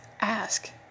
ask